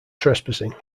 trespassing